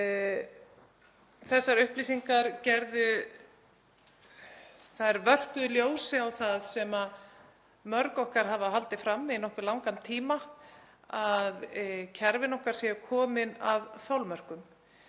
Þessar upplýsingar vörpuðu ljósi á það sem mörg okkar hafa haldið fram í nokkuð langan tíma, að kerfin okkar séu komin að þolmörkum.